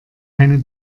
keine